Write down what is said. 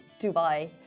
dubai